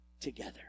together